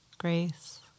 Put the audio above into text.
grace